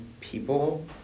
people